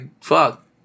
fuck